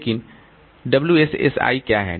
लेकिन WSSi क्या है